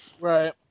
Right